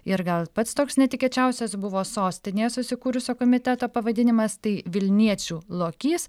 ir gal pats toks netikėčiausias buvo sostinėje susikūrusio komiteto pavadinimas tai vilniečių lokys